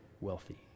wealthy